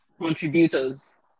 contributors